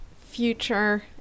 future